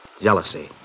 Jealousy